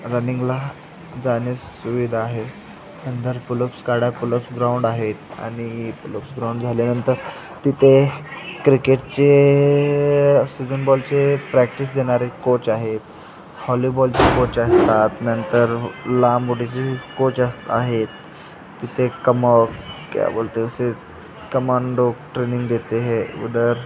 रनिंगला जाण्यास सुविधा आहे नंतर पुलप्स काढा पुलप्स ग्राउंड आहेत आणि पुलप्स ग्राउंड झाल्यानंतर तिथे क्रिकेटचे सिजनबॉलचे प्रॅक्टिस देणारे कोच आहेत हॉलीबॉलचे कोच असतात नंतर लांबउडीचे कोच अस् आहेत तिथे कम क्या बोलते है उसे कमांडो ट्रेनिंग देते है उधर